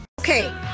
Okay